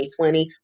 2020